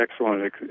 excellent